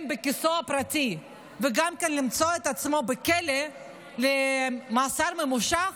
מכיסו הפרטי וגם למצוא את עצמו בכלא במאסר ממושך,